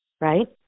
right